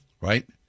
Right